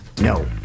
no